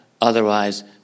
otherwise